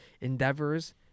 endeavors